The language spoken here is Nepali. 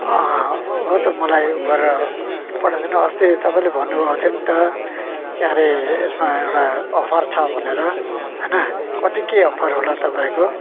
हो त मलाई उ गरेर पठाइदिनु अस्ति तपाईँले भन्नुभएको थियो नि त क्यारे यसमा एउटा अफर छ भनेर होइन कति के अफर होला तपाईँको